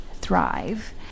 thrive